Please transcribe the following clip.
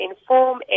inform